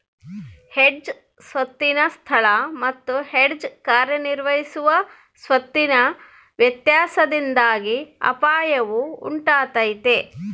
hedge ಸ್ವತ್ತಿನ ಸ್ಥಳ ಮತ್ತು ಹೆಡ್ಜ್ ಕಾರ್ಯನಿರ್ವಹಿಸುವ ಸ್ವತ್ತಿನ ವ್ಯತ್ಯಾಸದಿಂದಾಗಿ ಅಪಾಯವು ಉಂಟಾತೈತ